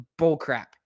bullcrap